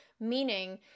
meaning